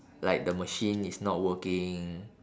like the machine is not working